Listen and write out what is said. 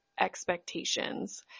Expectations